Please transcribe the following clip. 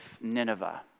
Nineveh